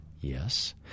Yes